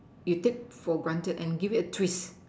you take for granted and give it a twist